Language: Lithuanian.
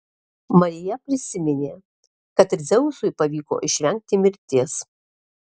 marija prisiminė kad ir dzeusui pavyko išvengti mirties